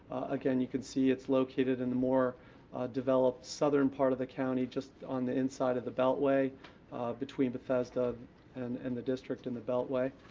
again, you can see it's located in the more developed southern part of the county just on the inside of the beltway between bethesda and and the district and the beltway.